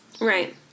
Right